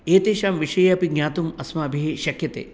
एतेषां विषये अपि ज्ञातुम् अस्माभिः शक्यते